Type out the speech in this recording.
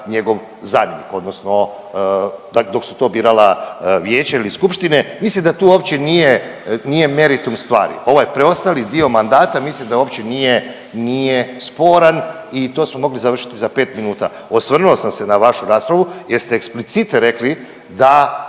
njegov zamjenik odnosno dok su to birala vijeća ili skupštine. Mislim tu uopće nije, nije meritum stvari. Ovaj preostali dio mandata mislim da uopće nije, nije sporan i to smo mogli završiti za 5 minuta. Osvrnuo sam se na vašu raspravu jer ste eksplicite rekli da